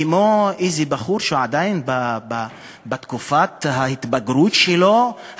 כמו איזה בחור שעדיין בתקופת ההתבגרות שלו,